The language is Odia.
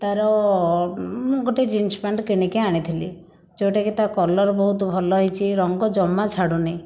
ତାର ମୁଁ ଗୋଟେ ଜିନ୍ସ ପ୍ୟାଣ୍ଟ୍ କିଣିକି ଆଣିଥିଲି ଯେଉଁଟାକି ତା କଲର ବହୁତ ଭଲ ହେଇଛି ରଙ୍ଗ ଜମା ଛାଡ଼ୁନି